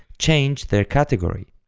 change their category.